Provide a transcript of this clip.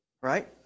right